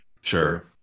Sure